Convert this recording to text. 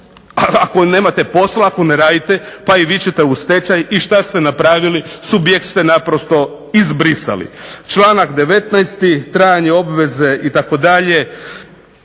Ako nemate posla, ako ne radite, pa i vi ćete u stečaj. I što ste napravili? Subjekt ste naprosto izbrisali. Članak 19. trajanje obveze itd.